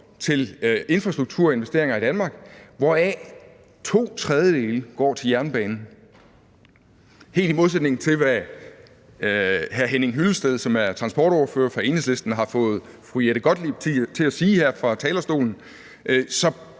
til infrastrukturinvesteringer i Danmark, hvoraf 2/3 går til jernbanen. Helt i modsætning til, hvad hr. Henning Hyllested, som er transportordfører for Enhedslisten, har fået fru Jette Gottlieb til at sige her fra talerstolen,